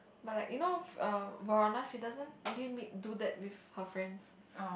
but like you know err Verona she doesn't really meet do that with her friends